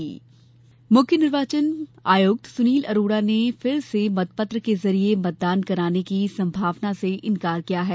चुनाव आयुक्त मुख्य निर्वाचन आयुक्त सुनील अरोड़ा ने फिर से मतपत्र के जरिए मतदान कराने की सम्भावना से इनकार किया है